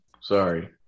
Sorry